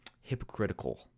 hypocritical